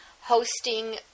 hosting